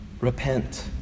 repent